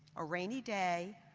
a rainy day,